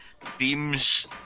themes